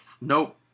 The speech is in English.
Nope